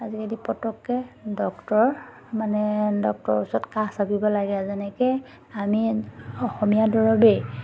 আজিকালি পটককৈ ডক্টৰ মানে ডক্তৰৰ ওচৰত কাষ চাপিব লাগে যেনেকৈ আমি অসমীয়া দৰৱেই